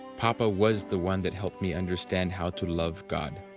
papa was the one that helped me understand how to love god.